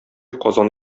казан